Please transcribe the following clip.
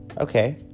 okay